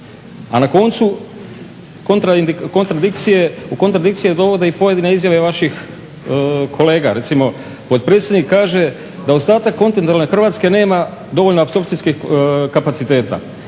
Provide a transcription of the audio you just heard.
a na koncu u kontradikcije dovode i pojedine izjave vaših kolega. Recimo potpredsjednik kaže da ostatak kontinentalne Hrvatske nema dovoljno apsorpcijskih kapaciteta.